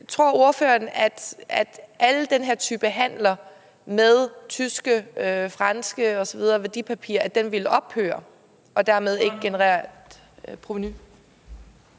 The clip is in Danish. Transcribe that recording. Tror ordføreren, at alle den her slags handler med tyske og franske værdipapirer osv. ville ophøre og dermed ikke generere et provenu?